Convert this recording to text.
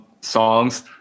songs